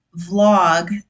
vlog